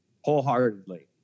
wholeheartedly